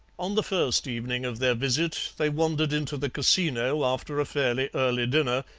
on the first evening of their visit they wandered into the casino after a fairly early dinner,